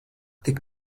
tik